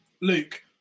Luke